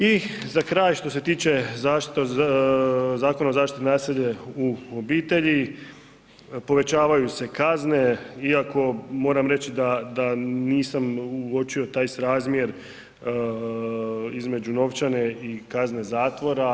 I za kraj što se tiče Zakona o zaštiti od nasilja u obitelji, povećavaju se kazne, iako moram reći da nisam uočio taj srazmjer između novčane i kazne zatvora.